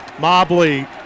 Mobley